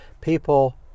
People